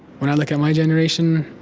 when i look at my generation,